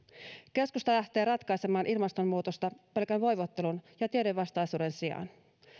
keskusta lähtee ratkaisemaan ilmastonmuutosta pelkän voivottelun ja tiedevastaisuuden sijaan